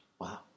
Wow